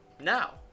now